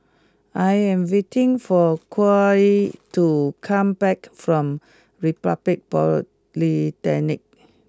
I am waiting for Khalil to come back from Republic Polytechnic